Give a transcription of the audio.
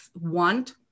want